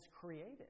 created